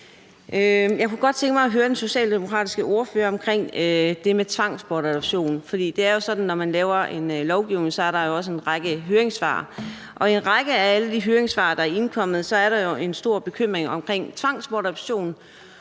Jeg kunne godt tænke mig at høre den socialdemokratiske ordfører om det med tvangsbortadoption. Det er jo sådan, at når man laver lovgivning, er der også en række høringssvar. Og i en række af alle de høringssvar, der er indkommet, er der en stor bekymring i forhold til tvangsbortadoption